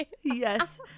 yes